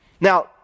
Now